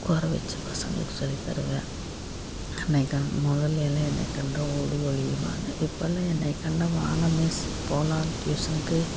உட்கார வச்சு பசங்களுக்கு சொல்லித்தருவேன் நம்மை கண் முதல்லையெல்லாம் என்னை கண்டால் ஓடி ஒளிவாங்க இப்பெல்லாம் என்னை கண்டால் வாங்க மிஸ் போகலாம் டியூசனுக்கு